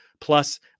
plus